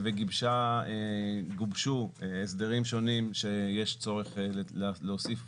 וגובשו הסדרים שונים שיש צורך להוסיף